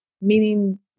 Meaning